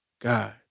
God